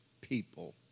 people